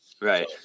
Right